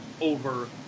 over